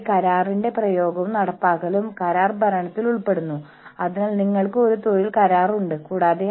അവരുടെ ഓർഗനൈസേഷനു പുറത്തുള്ള മറ്റൊരു സംഘടനയിലേക്ക് പോകേണ്ടതിന്റെ ആവശ്യകത അവർക്കില്ല